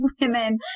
women